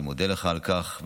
אני מודה לך על כך,